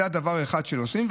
זה דבר אחד שעושים.